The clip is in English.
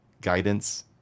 guidance